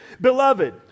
Beloved